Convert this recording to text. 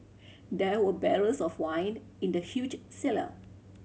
there were barrels of wine in the huge cellar